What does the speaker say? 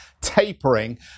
tapering